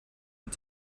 und